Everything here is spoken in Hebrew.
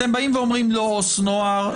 אתם באים ואומרים: לא עובד סוציאלי לנוער,